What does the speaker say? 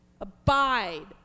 abide